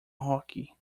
hockey